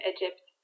Egypt